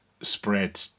Spread